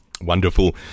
Wonderful